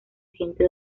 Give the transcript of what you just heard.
siente